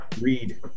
Read